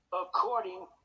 according